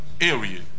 area